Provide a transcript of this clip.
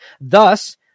Thus